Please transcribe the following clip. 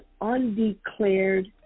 undeclared